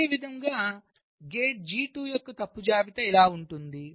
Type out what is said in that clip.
అదేవిధంగా gate G2 యొక్క తప్పు జాబితా ఇలా ఉంటుంది